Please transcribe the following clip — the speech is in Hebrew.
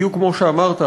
בדיוק כמו שאמרת,